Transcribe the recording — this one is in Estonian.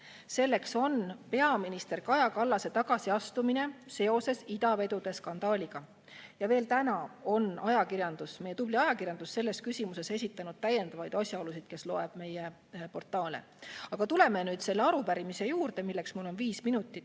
selleks on peaminister Kaja Kallase tagasiastumine seoses idavedude skandaaliga. Ja veel täna on ajakirjandus, meie tubli ajakirjandus selles küsimuses esitanud täiendavaid asjaolusid. Kes loeb meie portaale[, teab].Aga tuleme selle arupärimise juurde, mille [tutvustamiseks] mul on viis minutit